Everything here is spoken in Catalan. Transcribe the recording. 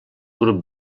grup